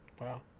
Wow